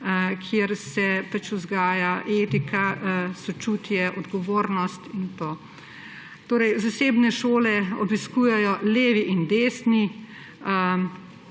kjer se pač vzgaja, etika, sočutje, odgovornost in to. Zasebne šole obiskujejo levi in desni.